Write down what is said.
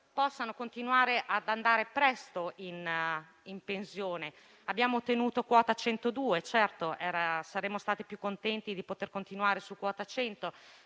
possano continuare ad andare presto in pensione. Abbiamo ottenuto quota 102, anche se saremmo stati più contenti di poter continuare su quota 100: